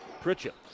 Pritchett